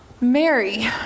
Mary